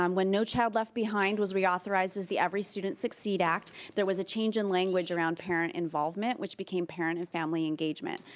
um when no child left behind was reauthorized as the every student succeeds act, there was a change in language around parent involvement, which became parent and family engagement.